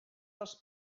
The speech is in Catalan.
dels